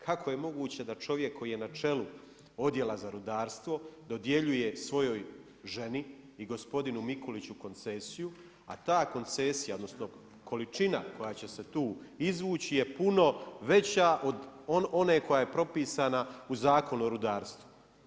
Kako je moguće da čovjek koji je na čelu Odjela za rudarstvo dodjeljuje svojoj ženi i gospodinu Mikuliću koncesiju, a ta koncesija odnosno količina koja će se tu izvući je puno veća od one koja je propisana u Zakonu o rudarstvu.